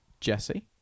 Jesse